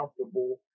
comfortable